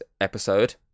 episode